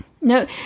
No